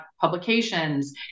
publications